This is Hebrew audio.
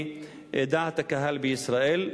מדעת הקהל בישראל.